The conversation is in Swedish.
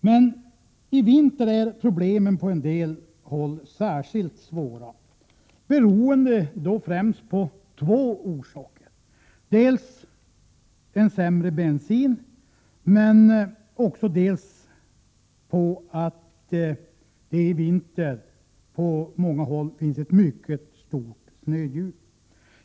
Men i vinter har problemen på en del håll varit särskilt stora och detta av främst två orsaker dels på grund att vi har en sämre bensin, dels på grund av att det i vinter på många håll finns ett mycket stort snödjup.